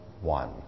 one